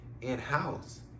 in-house